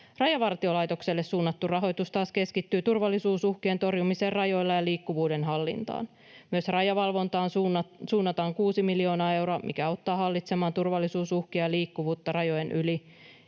Rajavartiolaitokselle suunnattu rahoitus taas keskittyy turvallisuusuhkien torjumiseen rajoilla ja liikkuvuuden hallintaan. Myös rajavalvontaan suunnataan kuusi miljoonaa euroa, mikä auttaa hallitsemaan turvallisuusuhkia ja liikkuvuutta rajojen yli